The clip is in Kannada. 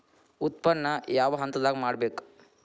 ಉತ್ಪನ್ನ ಯಾವ ಹಂತದಾಗ ಮಾಡ್ಬೇಕ್?